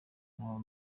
n’aba